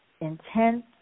intense